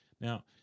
Now